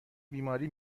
بیماری